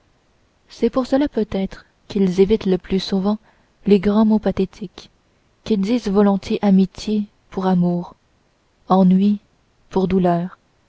c'est pour cela peut-être qu'ils évitent le plus souvent les grands mots pathétiques quels disent volontiers amitié pour amour ennui pour douleur